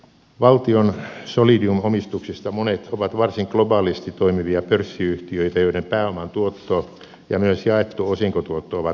valtion solidium omistuksista monet ovat varsin globaalisti toimivia pörssiyhtiöitä joiden pääoman tuotto ja myös jaettu osinkotuotto ovat korkeita